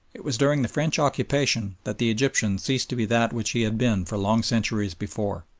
it was during the french occupation that the egyptian ceased to be that which he had been for long centuries before.